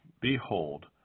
behold